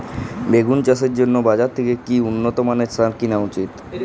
বেগুন চাষের জন্য বাজার থেকে কি উন্নত মানের সার কিনা উচিৎ?